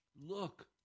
look